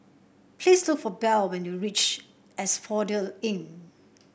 please look for Belle when you reach Asphodel Inn